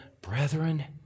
brethren